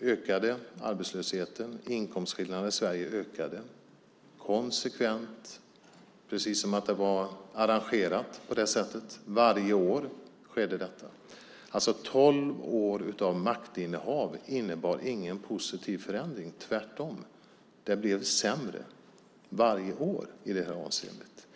ökade arbetslösheten, och inkomstskillnaderna i Sverige ökade konsekvent, precis som om det var arrangerat på det sättet. Det skedde varje år. Tolv år av maktinnehav innebar alltså ingen positiv förändring, tvärtom. Det blev varje år sämre i det här avseendet.